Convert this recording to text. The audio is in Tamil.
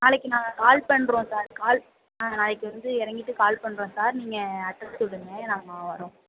நாளைக்கு நாங்க கால் பண்ணுறோம் சார் கால் ஆ நாளைக்கு வந்து இறங்கிட்டு கால் பண்ணுறோம் சார் நீங்கள் அட்ரெஸ் சொல்லுங்கள் நாங்கள் வரோம்